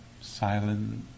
silent